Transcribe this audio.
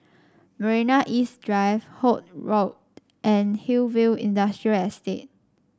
Marina East Drive Holt Road and Hillview Industrial Estate